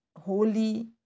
holy